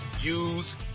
use